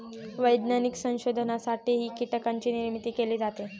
वैज्ञानिक संशोधनासाठीही कीटकांची निर्मिती केली जाते